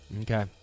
Okay